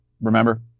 remember